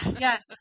Yes